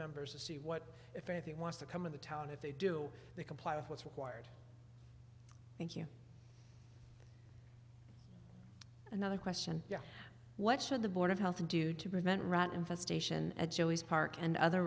members to see what if anything wants to come in the town if they do they comply with what's required thank you another question yeah what should the board of health do to prevent rot infestation at jilly's park and other